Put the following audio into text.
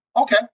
Okay